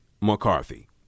McCarthy